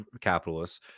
capitalists